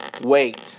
wait